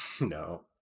no